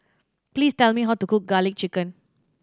please tell me how to cook Garlic Chicken